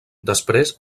després